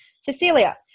Cecilia